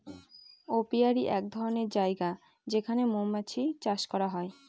apiary এক ধরনের জায়গা যেখানে মৌমাছি চাষ করা হয়